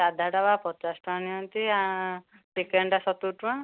ସାଧାଟା ବା ପଚାଶ ଟଙ୍କା ନିଅନ୍ତି ଚିକେନଟା ସତୁରୀ ଟଙ୍କା